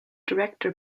director